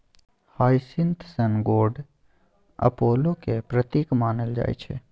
hyacinth सन god अपोलोक प्रतीक मानल जाइ छै